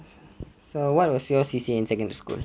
so what was your C_C_A in secondary school